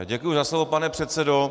Děkuji za slovo, pane předsedo.